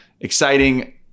exciting